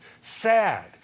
sad